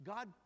God